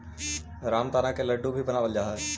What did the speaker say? रामदाना से लड्डू भी बनावल जा हइ